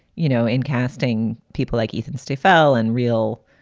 you know, in casting people like ethan stiefel and real,